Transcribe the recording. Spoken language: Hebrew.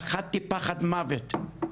פחדתי פחד מוות.